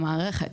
במערכת.